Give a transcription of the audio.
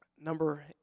number